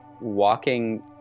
walking